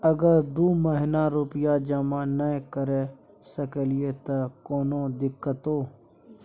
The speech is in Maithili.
अगर दू महीना रुपिया जमा नय करे सकलियै त कोनो दिक्कतों?